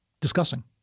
discussing